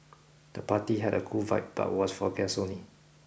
the party had a cool vibe but was for guests only